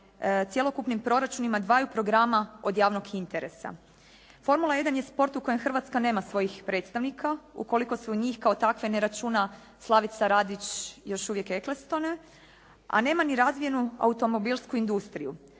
cjelokupnim proračunima dvaju programa od javnog interesa. Formula 1 je sport u kojem Hrvatska nema svojih predstavnika ukoliko se u njih kao takve ne računa Slavica Radić još uvijek Eclesstone, a nema ni razvijenu automobilsku industriju.